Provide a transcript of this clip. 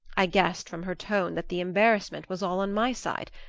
i guessed from her tone that the embarrassment was all on my side,